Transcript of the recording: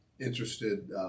interested